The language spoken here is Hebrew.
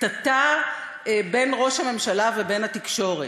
קטטה בין ראש הממשלה ובין התקשורת.